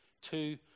two